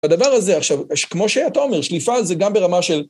הדבר הזה עכשיו, כמו שאתה אומר, שליפה את זה גם ברמה של...